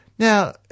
Now